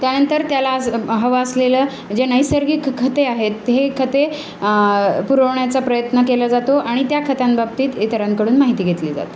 त्यानंतर त्याला आज हवं असलेलं जे नैसर्गिक खते आहेत हे खते पुरवण्याचा प्रयत्न केला जातो आणि त्या खत्यांबाबतीत इतरांकडून माहिती घेतली जाते